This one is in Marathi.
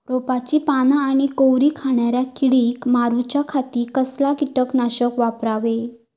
रोपाची पाना आनी कोवरी खाणाऱ्या किडीक मारूच्या खाती कसला किटकनाशक वापरावे?